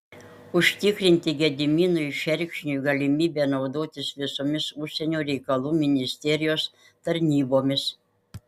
užtikrinti gediminui šerkšniui galimybę naudotis visomis užsienio reikalų ministerijos tarnybomis